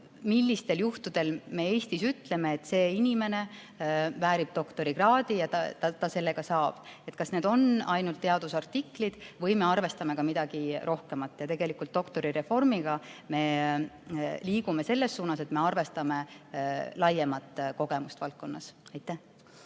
millistel juhtudel me Eestis ütleme, et see inimene väärib doktorikraadi, ja ta selle ka saab – kas need on ainult teadusartiklid või me arvestame ka midagi rohkemat. Ja tegelikult doktorireformiga me liigume selles suunas, et me arvestame laiemat kogemust valdkonnas. Ruuben